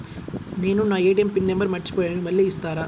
నేను నా ATM PIN number మర్చిపోయాను మళ్ళీ ఇస్తారా?